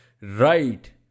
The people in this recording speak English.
right